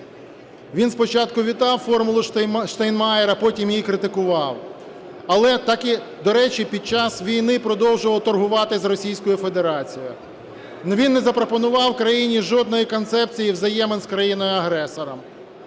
Він спочатку вітав "формулу Штайнмайєра", а потім її критикував. Але, до речі, під час війни продовжував торгувати з Російською Федерацією. Він не запропонував країні жодної концепції взаємин з країною-агресором,